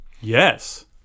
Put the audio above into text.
Yes